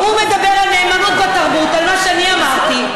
הוא מדבר על נאמנות בתרבות, על מה שאני אמרתי,